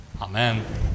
Amen